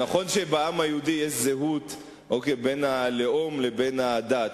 נכון שבעם היהודי יש זהות בין הלאום לבין הדת,